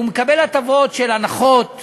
הוא מקבל הטבות של הנחות בארנונה,